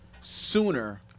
sooner